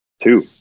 two